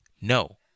No